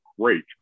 great